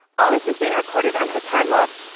all this is being recorded on her time log.